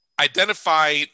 identify